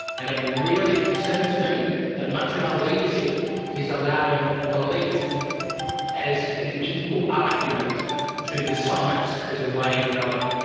and it really concerns me that much of our leadership is allowing belief as an equal argument to the science as a way of knowing,